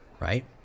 right